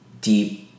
deep